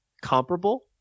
comparable